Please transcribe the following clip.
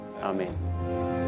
Amen